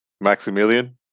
Maximilian